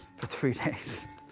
for three days.